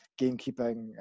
gamekeeping